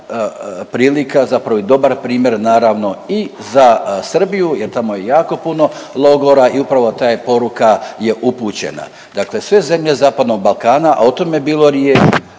prilika zapravo i dobar primjer naravno i za Srbiju, jer tamo je jako puno logora i upravo ta je poruka upućena. Dakle, sve zemlje zapadnog Balkana a o tome je bilo riječi